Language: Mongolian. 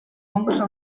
монгол